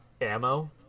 ammo